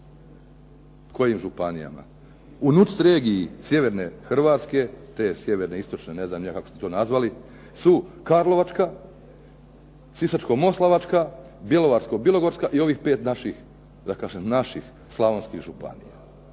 Kojima županijama? U NUC regiji sjeverne Hrvatske, te sjeverne, istočne ne znam ni ja kako ste to nazvali su Karlovačka, Sisačko-moslavačka, Bjelovarsko-bilogorska i ovih pet naših, da kažem naših slavonskih županija.